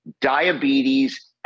diabetes